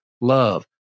love